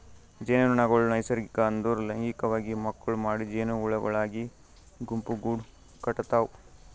ಜೇನುನೊಣಗೊಳ್ ನೈಸರ್ಗಿಕ ಅಂದುರ್ ಲೈಂಗಿಕವಾಗಿ ಮಕ್ಕುಳ್ ಮಾಡಿ ಜೇನುಹುಳಗೊಳಾಗಿ ಗುಂಪುಗೂಡ್ ಕಟತಾವ್